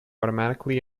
automatically